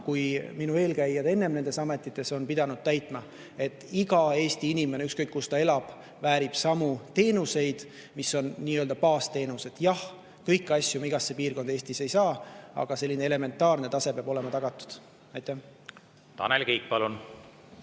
kui on minu eelkäijad enne nendes ametites pidanud täitma. Iga Eesti inimene, ükskõik kus ta elab, väärib teenuseid, mis on nii-öelda baasteenused. Jah, kõiki asju me igasse piirkonda Eestis ei saa, aga elementaarne tase peab olema kõikjal tagatud. Tanel Kiik, palun!